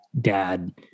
dad